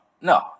no